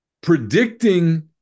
predicting